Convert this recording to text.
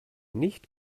nicht